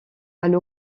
elle